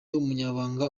umunyamabanga